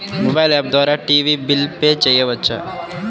Mobile app ద్వారా TV bill pay చేయవచ్చా?